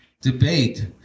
debate